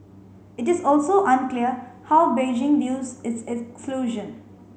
it is also unclear how Beijing views its exclusion